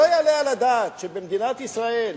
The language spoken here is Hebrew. שלא יעלה על הדעת שבמדינת ישראל,